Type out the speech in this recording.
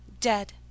Dead